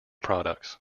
products